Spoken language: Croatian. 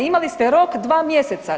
Imali ste rok 2 mjeseca.